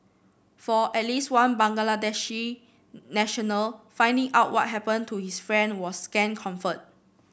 for at least one Bangladeshi national finding out what happened to his friend was scant comfort